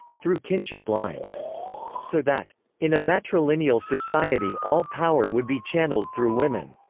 through kinship lines so that in a matrilineal society all power would be channeled through women.